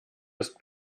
ist